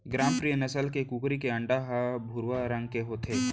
ग्रामप्रिया नसल के कुकरी के अंडा ह भुरवा रंग के होथे